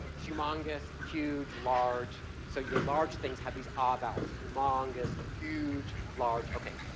humongous, huge, large. so your large things have these ah vowels. humongous, huge, large, okay?